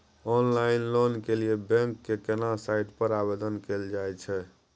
Online loan के लिए bank के केना साइट पर आवेदन कैल जाए छै?